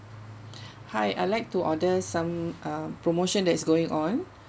hi I like to order some uh promotion that is going on